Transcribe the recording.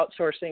outsourcing